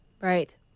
Right